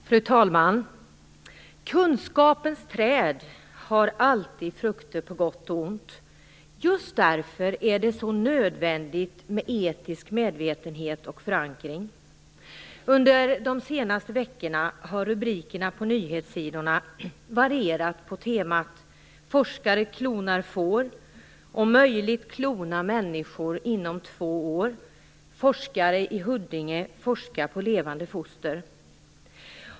Fru talman! Kunskapens träd har alltid frukter, på gott och ont. Just därför är det så nödvändigt med etisk medvetenhet och förankring. Under de senaste veckorna har rubrikerna på nyhetssidorna varierat på temat: "Forskare klonar får", "Möjligt klona människor inom två år" och "Forskare i Huddinge forskar på levande foster".